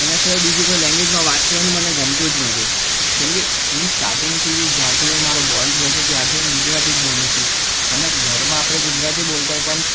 એના સિવાય બીજી કોઈ લેંગ્વેજ વાત કરવાનું મને ગમતું જ નથી કેમ કે હું સ્ટાર્ટિંગથી જ્યારથી હું મારો બોર્ન થયો છે ત્યારથી હું ગુજરાતી જ બોલું છું અને ઘરમાં આપણે ગુજરાતી બોલતા હોઈ પણ